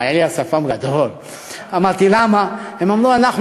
היה לי אז שפם גדול.